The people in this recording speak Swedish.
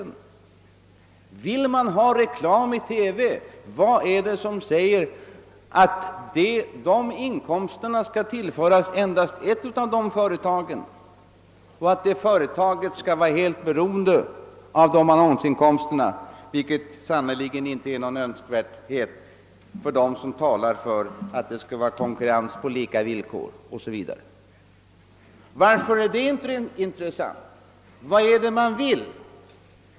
Vad är det som säger att reklaminkomsterna — om man nu vill ha reklam i TV — skall tillföras endast ett av företagen och att detta företag skall vara helt beroende av annonsinkomsterna, något som knappast kan vara önskvärt om man vill ha konkurrens på lika villkor. Varför är det inte intressant? Vad är det man vill?